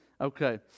Okay